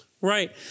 Right